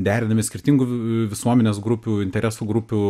derinami skirtingų visuomenės grupių interesų grupių